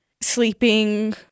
sleeping